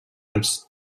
dels